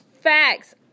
Facts